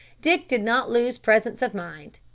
dick did not lose presence of mind.